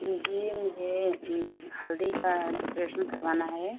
जी मुझे हल्दी का डेकरेशन करवाना है